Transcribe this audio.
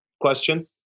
question